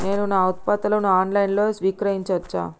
నేను నా ఉత్పత్తులను ఆన్ లైన్ లో విక్రయించచ్చా?